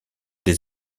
des